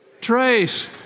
trace